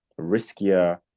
riskier